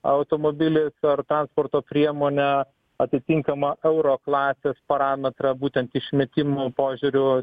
automobilis ar transporto priemonė atitinkamą euroklasės parametrą būtent išmetimo požiūriu